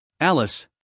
Alice